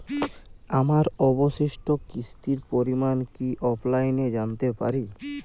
আমার অবশিষ্ট কিস্তির পরিমাণ কি অফলাইনে জানতে পারি?